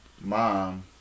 mom